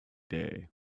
day